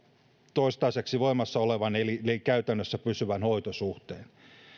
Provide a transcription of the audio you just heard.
toistaiseksi voimassa olevan eli käytännössä pysyvän hoitosuhteen